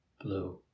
blue